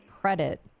credit